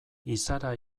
izara